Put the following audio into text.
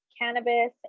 cannabis